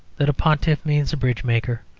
that a pontiff means a bridge-maker,